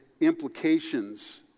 implications